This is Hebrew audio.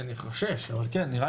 אני חושש אבל כן,